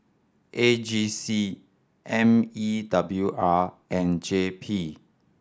A G C M E W R and J P